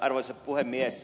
arvoisa puhemies